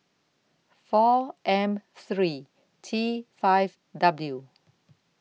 four M three T five W